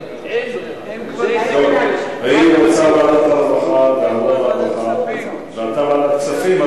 היא רוצה ועדת העבודה והרווחה ואתה ועדת הכספים,